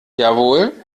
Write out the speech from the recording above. jawohl